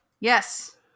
Yes